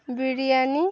biryani